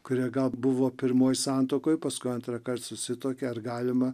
kurie gal buvo pirmoj santuokoj paskui antrąkart susituokė ar galima